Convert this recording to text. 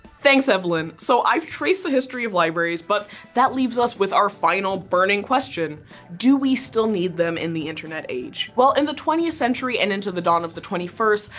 thanks evelyn! so i've traced the history of libraries, but that leaves us with our final burning question do we still need them in the internet age? well in and the twentieth century and into the dawn of the twenty first,